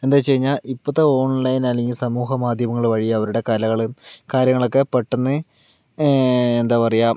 എന്താന്ന് വച്ചു കഴിഞ്ഞാൽ ഇപ്പത്തെ ഓൺലൈന് അല്ലെങ്കിൽ സമൂഹമാധ്യമങ്ങൾ വഴി അവരുടെ കലകൾ കാര്യങ്ങളൊക്കെ പെട്ടെന്ന് എന്താ പറയുക